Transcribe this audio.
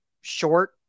short